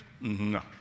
No